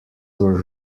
were